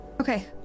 Okay